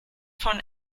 von